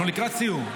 אנחנו לקראת סיום.